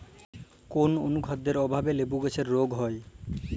কোন অনুখাদ্যের অভাবে লেবু গাছের রোগ হয়?